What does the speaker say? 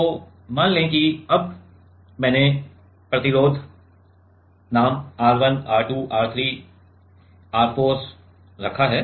तो मान लें कि अब मैंने प्रतिरोध नाम R 1 R 2 R 2 R 3 R 4 रखा है